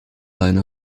leine